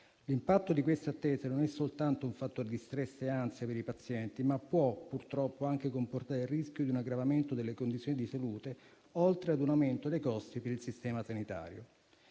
l'impatto di queste attese non è solo un fattore di stress e ansia per i pazienti, ma può anche comportare un aggravamento delle condizioni di salute e un aumento dei costi per il sistema sanitario;